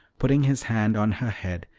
putting his hand on her head,